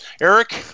Eric